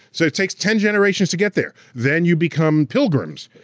so it takes ten generations to get there. then you become pilgrims,